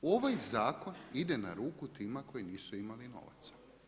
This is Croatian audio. Ovaj zakon ide na ruku tima koji nisu imali novaca.